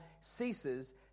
ceases